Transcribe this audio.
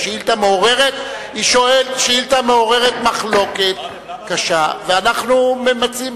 היא שאילתא שמעוררת מחלוקת קשה, ואנחנו ממצים.